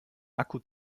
akku